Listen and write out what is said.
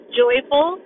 joyful